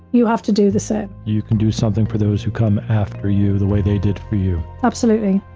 you have to do the same. you can do something for those who come after you the way they did for you. absolutely.